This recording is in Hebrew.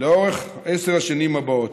לאורך עשר השנים הבאות,